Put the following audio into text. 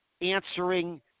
answering